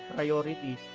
priority